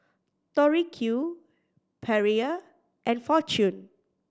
Tori Q Perrier and Fortune